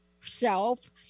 self